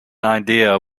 idea